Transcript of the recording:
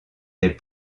des